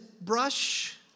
brush